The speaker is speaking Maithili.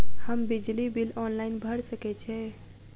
हम बिजली बिल ऑनलाइन भैर सकै छी?